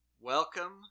Welcome